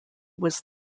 was